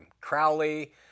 Crowley